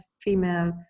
female